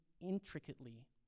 intricately